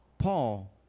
Paul